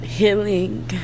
healing